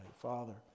father